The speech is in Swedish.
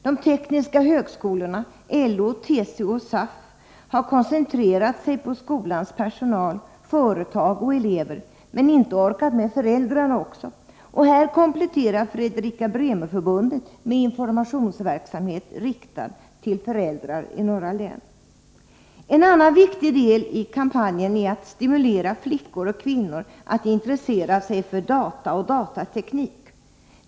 De tekniska högskolorna, LO, TCO och SAF har koncentrerat sig på skolans personal, företag och elever, men inte orkat med föräldrarna också. Här kompletterar Frederika-Bremer-Förbundet med informationsverksamhet riktad till föräldrar i några län. En annan viktig del i vår kampanj är att stimulera flickor och kvinnor att intressera sig för data och datateknik.